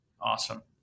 Awesome